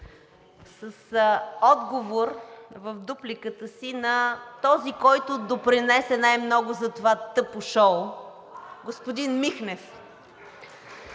с отговор в дупликата си на този, който допринесе най-много за това тъпо шоу – господин Михнев.